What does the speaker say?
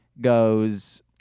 goes